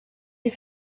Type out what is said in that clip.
die